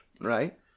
Right